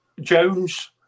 Jones